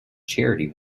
charity